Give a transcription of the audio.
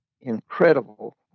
incredible